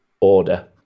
order